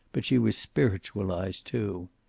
but she was spiritualized, too.